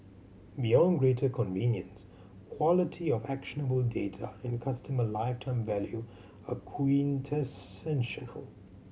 beyond greater convenience quality of actionable data and customer lifetime value are quintessential